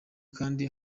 kandi